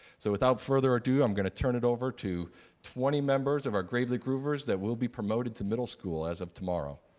so without further ado i'm gonna turn it over to twenty members of our gravely groovers that will be promoted to middle school as of tomorrow.